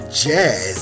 jazz